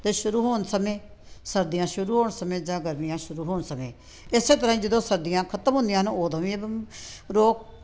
ਦੇ ਸ਼ੁਰੂ ਹੋਣ ਸਮੇਂ ਸਰਦੀਆਂ ਸ਼ੁਰੂ ਹੋਣ ਸਮੇਂ ਜਾਂ ਗਰਮੀਆਂ ਸ਼ੁਰੂ ਹੋਣ ਸਮੇਂ ਇਸ ਤਰ੍ਹਾਂ ਹੀ ਜਦੋਂ ਸਰਦੀਆਂ ਖ਼ਤਮ ਹੁੰਦੀਆਂ ਹਨ ਉਦੋਂ ਵੀ ਇਵਮ ਰੋਕ